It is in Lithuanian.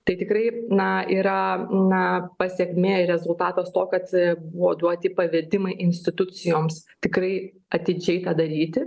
tai tikrai na yra na pasekmė rezultatas to kad buvo duoti pavedimai institucijoms tikrai atidžiai ką daryti